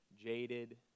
jaded